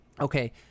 Okay